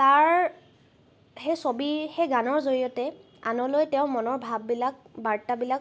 তাৰ সেইই ছবিৰ সেই গানৰ জৰিয়তে আনলৈ তেওঁ মনৰ ভাববিলাক বাৰ্তাবিলাক